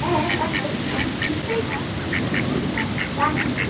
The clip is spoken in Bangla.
হ্যাঁ একশোবার নিশ্চই পাবেন হ্যাঁ রাখছি